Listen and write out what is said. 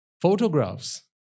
photographs